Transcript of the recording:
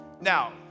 Now